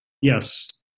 yes